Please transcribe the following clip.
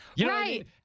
Right